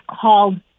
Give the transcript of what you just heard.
called